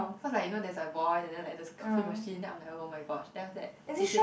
cause like you know there's the voice and then like those coffee machine then I'm like oh-my-gosh then after that she say